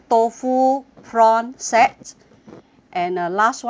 prawn set and uh last one is the